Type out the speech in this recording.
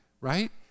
right